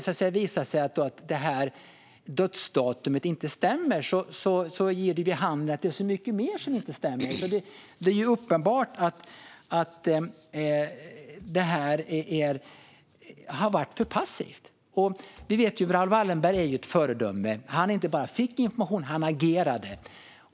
Om det visar sig att dödsdatumet inte stämmer ger det ju vid handen att det är mycket mer som inte stämmer. Det är uppenbart att man har varit för passiv. Raoul Wallenberg är ett föredöme: Han inte bara fick information, han agerade.